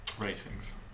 ratings